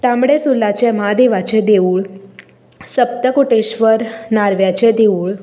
तांबडी सुर्लाचें महादेवाचें देवूळ सप्तकोटेश्वर नार्व्याचें देवूळ